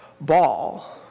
ball